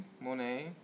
Monet